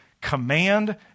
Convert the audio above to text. Command